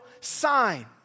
sign